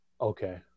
Okay